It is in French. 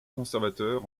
conservateur